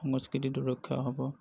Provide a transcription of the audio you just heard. সংস্কৃতিটো ৰক্ষা হ'ব